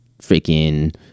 freaking